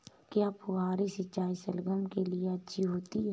क्या फुहारी सिंचाई शलगम के लिए अच्छी होती है?